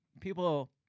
People